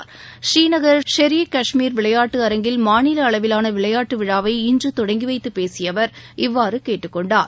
புநீநகர் ஷெர் இ காஷ்மீர் விளையாட்டு அரங்கில் மாநில அளவிவான விளையாட்டு விழாவை இன்று தொடங்கி வைத்துப் பேசிய அவர் இவ்வாறு கேட்டுக்கொண்டார்